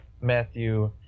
Matthew